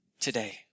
today